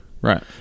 Right